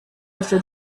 after